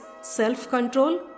self-control